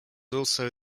also